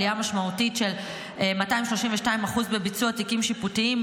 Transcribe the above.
עלייה משמעותית של 232% בביצוע תיקים שיפוטיים,